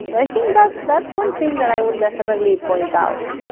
but i think that's that's one thing that i would definitely point out.